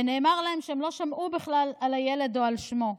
ונאמר להם שהם לא שמעו בכלל על הילד או על שמו.